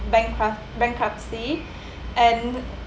bankrupt bankruptcy and